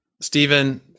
Stephen